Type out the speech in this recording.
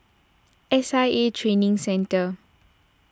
S I A Training Centre